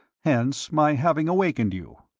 hence my having awakened you.